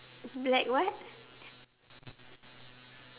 black what